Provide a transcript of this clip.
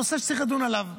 נושא שצריך לדון עליו.